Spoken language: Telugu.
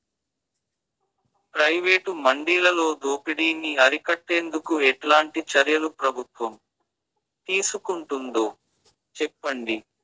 ప్రైవేటు మండీలలో దోపిడీ ని అరికట్టేందుకు ఎట్లాంటి చర్యలు ప్రభుత్వం తీసుకుంటుందో చెప్పండి?